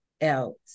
else